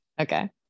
Okay